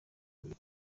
abiri